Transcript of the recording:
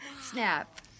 Snap